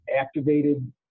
activated